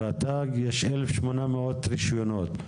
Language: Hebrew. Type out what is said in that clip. לרט"ג יש 1,800 רישיונות.